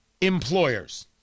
employers